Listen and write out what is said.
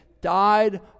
died